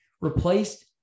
Replaced